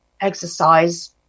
exercise